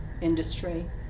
industry